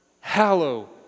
hallow